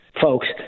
folks